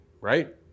Right